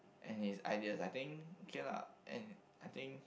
and he is ideal I think okay lah and I think